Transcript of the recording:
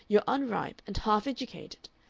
you're unripe and half-educated.